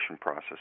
process